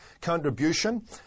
contribution